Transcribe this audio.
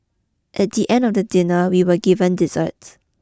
at the end of the dinner we were given dessert